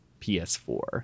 PS4